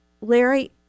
Larry